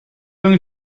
going